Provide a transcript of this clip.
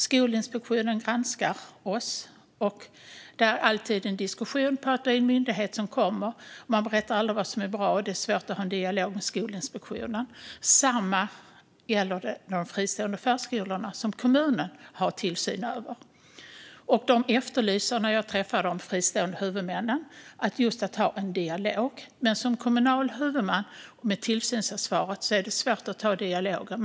Skolinspektionen granskar, men det uppstår alltid diskussion eftersom det är en myndighet som kommer. Man berättar aldrig vad som är bra. Det är svårt att ha en dialog med Skolinspektionen. Samma sak gäller de fristående förskolorna, som kommunen har tillsyn över. När jag träffar de fristående huvudmännen efterlyser de just dialog, men som kommunal huvudman med tillsynsansvar är det svårt att ta dialoger.